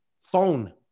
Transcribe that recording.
phone